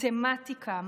מתמטיקה,